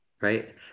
right